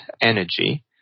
energy